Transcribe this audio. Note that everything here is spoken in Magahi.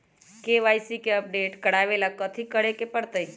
के.वाई.सी के अपडेट करवावेला कथि करें के परतई?